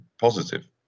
positive